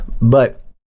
But-